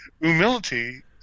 Humility